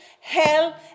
hell